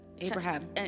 Abraham